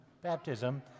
baptism